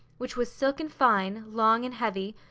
which was silken fine, long and heavy,